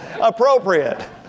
appropriate